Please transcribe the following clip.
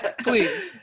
Please